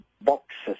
boxes